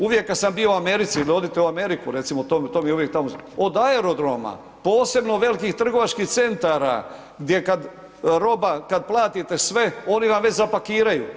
Uvijek kad sam bio u Americi, odite u Ameriku, recimo, to mi je uvijek tamo, od aerodroma, posebno velikih trgovačkih centara, gdje kad roba, kad platite sve, oni vam već zapakiraju.